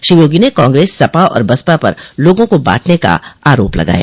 श्री योगी ने कांग्रेस सपा और बसपा पर लोगों को बांटने का आरोप लगाया